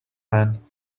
man